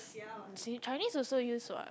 see Chinese also use [what]